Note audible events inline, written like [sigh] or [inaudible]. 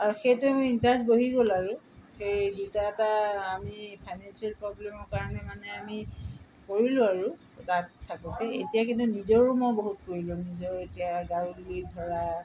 আৰু সেইটোৱে মোৰ ইণ্টাৰেষ্ট বহি গ'ল আৰু সেই দুটা এটা আমি ফাইনেন্সিয়েল প্ৰব্লেমৰ কাৰণে মানে আমি কৰিলোঁ আৰু তাত থাকোঁতে এতিয়া কিন্তু নিজৰো মই বহুত কৰিলোঁ নিজৰো এতিয়া গাঁও [unintelligible] ধৰা